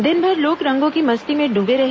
दिनभर लोग रंगों की मस्ती में डूबे रहे